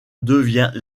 devient